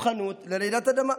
מוכנות לרעידת אדמה,